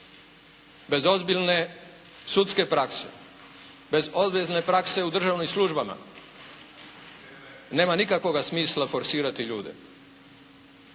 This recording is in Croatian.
bez ozbiljne sudske prakse, bez obvezne prakse u državnim službama, nema nikakvoga smisla forsirati ljude.